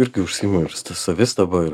irgi užsiimu ir sta savistaba ir